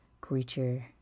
creature